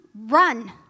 run